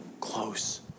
close